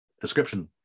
description